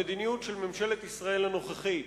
המדיניות של ממשלת ישראל הנוכחית,